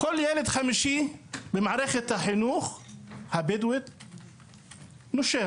כל ילד חמישי במערכת החינוך הבדואית נושר.